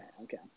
Okay